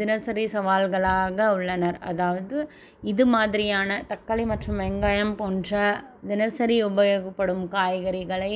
தினசரி சவால்களாக உள்ளனர் அதாவது இதுமாதிரியான தக்காளி மற்றும் வெங்காயம் போன்ற தினசரி உபயோகப்படும் காய்கறிகளை